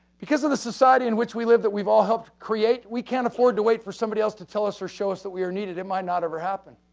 because of the society in which we live that we've all helped create, we can't afford to wait for somebody else to tell us or show us that we are needed. it might not ever happen.